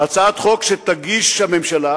הצעת חוק שתגיש הממשלה,